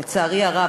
לצערי הרב,